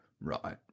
Right